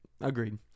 Agreed